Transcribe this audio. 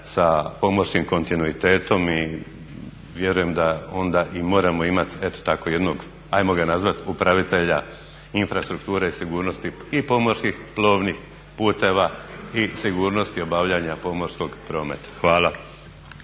sa pomorskim kontinuitetom i vjerujem da onda i moramo imati eto tako jednog hajmo ga nazvati upravitelja infrastrukture i sigurnosti i pomorskih plovnih puteva i sigurnosti obavljanja pomorskog prometa. Hvala.